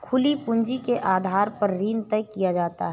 खुली पूंजी के आधार पर ऋण तय किया जाता है